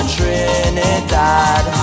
Trinidad